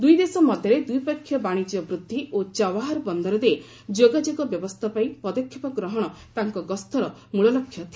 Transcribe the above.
ଦୁଇ ଦେଶ ମଧ୍ୟରେ ଦ୍ୱିପକ୍ଷୀୟ ବାଣିଜ୍ୟ ବୃଦ୍ଧି ଓ ଚବାହର ବନ୍ଦର ଦେଇ ଯୋଗାଯୋଗ ବ୍ୟବସ୍ଥା ପାଇଁ ପଦକ୍ଷେପ ଗ୍ରହଣ ତାଙ୍କ ଗସ୍ତର ମୂଳଲକ୍ଷ୍ୟ ଥିଲା